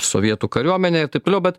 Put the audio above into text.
sovietų kariuomenę ir taip toliau bet